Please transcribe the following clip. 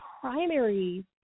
primary